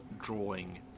drawing